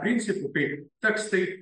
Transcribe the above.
principu tai tekstai